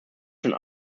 schon